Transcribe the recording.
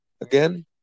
again